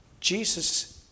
Jesus